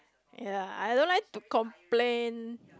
ya I don't like to complain